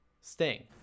Sting